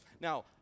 Now